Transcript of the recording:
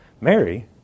Mary